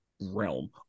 realm